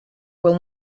will